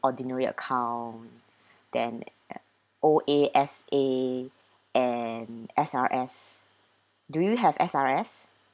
ordinary account then O_A_S_A and S_R_S do you have S_R_S